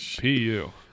pu